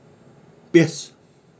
yes